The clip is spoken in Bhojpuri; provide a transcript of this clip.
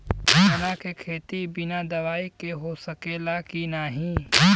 चना के खेती बिना दवाई के हो सकेला की नाही?